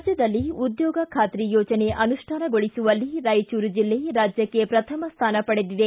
ರಾಜ್ಯದಲ್ಲಿ ಉದ್ಯೋಗ ಖಾತ್ರಿ ಯೋಜನೆ ಅನುಷ್ಠಾನಗೊಳಿಸುವಲ್ಲಿ ರಾಯಚೂರು ಜಿಲ್ಲೆ ರಾಜ್ಯಕ್ಕೆ ಪ್ರಥಮ ಸ್ಟಾನ ಪಡೆದಿದೆ